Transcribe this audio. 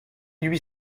huit